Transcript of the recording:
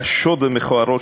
קשות ומכוערות,